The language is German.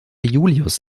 julius